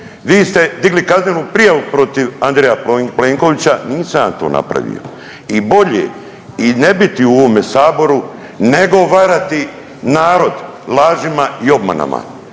Vi ste digli kaznenu prijavu protiv Andreja Plenkovića, nisam ja to napravio. I bolje i ne biti u ovome saboru nego varati narod lažima i obmanama.